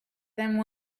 then